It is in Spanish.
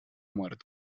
muerto